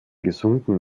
gesunden